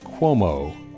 Cuomo